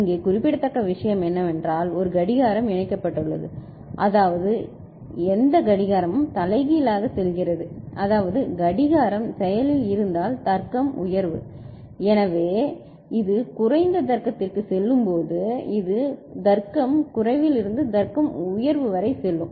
இங்கே குறிப்பிடத்தக்க விஷயம் என்னவென்றால் ஒரு கடிகாரம் இணைக்கப்பட்டுள்ளது அதாவது எந்த கடிகாரமும் தலைகீழாக செல்கிறது - அதாவது கடிகாரம் செயலில் இருந்தால் தர்க்கம் உயர்வு எனவே இது குறைந்த தர்க்கத்திற்குச் செல்லும் போது இது தர்க்கம் குறைவில்இருந்து தர்க்க உயர்வு வரை செல்லும்